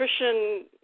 nutrition